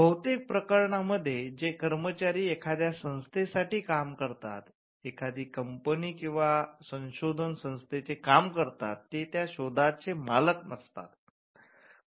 बहुतेक प्रकरणांमध्ये जे कर्मचारी एखाद्या संस्थेसाठी काम करतात एखादी कंपनी किंवा संशोधन संस्थेचे काम करतात ते त्या शोधाचे मालक नसतात